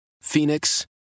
Phoenix